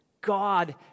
God